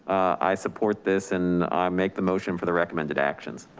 i support this and i make the motion for the recommended actions.